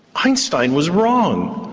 einstein was wrong!